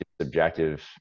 subjective